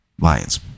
Lions